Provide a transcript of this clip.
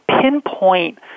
pinpoint